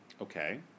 Okay